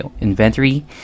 inventory